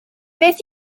beth